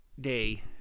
day